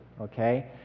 okay